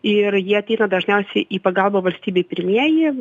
ir jie ateina dažniausiai į pagalbą valstybei pirmieji